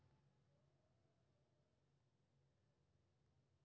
कर माफी योजना सं भारत सरकार पैंसठ हजार करोड़ रुपैया के कर संग्रह केने रहै